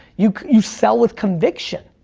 you you sell with conviction!